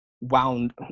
wound